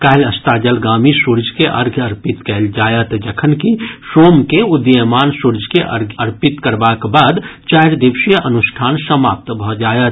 काल्हि अस्ताचलगामी सूर्य के अर्घ्य अर्पित कयल जायत जखन कि सोम के उदीयमान सूर्य के अर्घ्य अर्पित करबाक बाद चारि दिवसीय अनुष्ठान समाप्त भऽ जायत